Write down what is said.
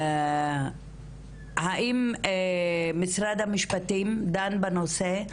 האם משרד המשפטים דן בנושא,